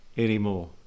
anymore